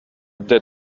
will